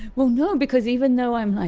well, no, because even though i!